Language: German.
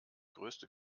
größte